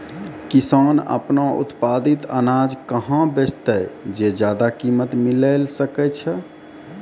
किसान आपनो उत्पादित अनाज कहाँ बेचतै जे ज्यादा कीमत मिलैल सकै छै?